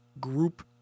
group